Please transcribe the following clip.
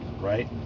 right